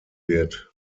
wird